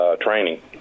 training